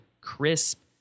crisp